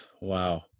Wow